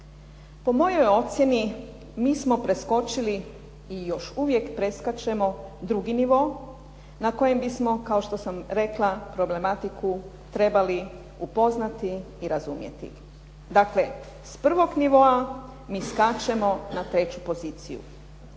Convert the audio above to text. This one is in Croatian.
Po mojoj ocjeni mi smo preskočili i još uvijek preskačemo drugi nivo na kojem bismo kao što sam rekla problematiku trebali upoznati i razumjeti. Dakle, s prvog nivoa mi skačemo na treću poziciju.